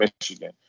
Michigan